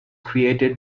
created